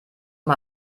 mal